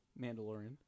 Mandalorian